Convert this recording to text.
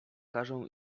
każą